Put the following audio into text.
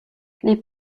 les